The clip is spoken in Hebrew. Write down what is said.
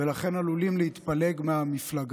ולכן עלולים להתפלג מהמפלגה.